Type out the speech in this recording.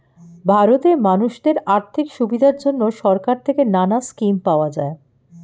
ভারতে মানুষদের আর্থিক সুবিধার জন্যে সরকার থেকে নানা স্কিম পাওয়া যায়